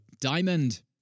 diamond